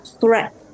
threat